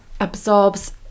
absorbs